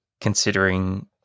considering